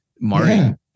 Martin